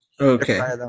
Okay